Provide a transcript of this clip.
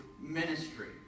ministry